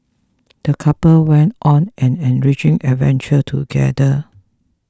the couple went on an enriching adventure together